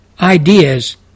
ideas